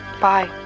Bye